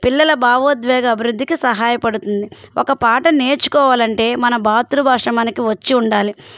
పిల్లల భావోద్వేగ అభివృద్ధికి సహాయపడుతుంది ఒక పాట నేర్చుకోవాలంటే మన మాతృభాష మనకి వచ్చి ఉండాలి